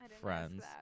Friends